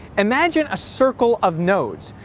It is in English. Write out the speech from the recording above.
imagine a circle of nodes.